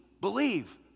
believe